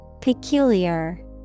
Peculiar